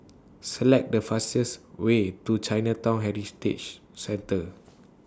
Select The fastest Way to Chinatown Heritage Centre